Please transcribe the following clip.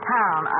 town